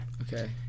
Okay